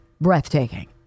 breathtaking